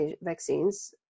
vaccines